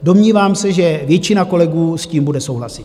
Domnívám se, že většina kolegů s tím bude souhlasit.